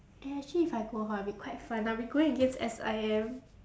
eh actually if I go ha it will be quite fun I'll be going against S_I_M